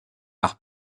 par